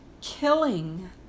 killing